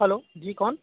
hello جی کون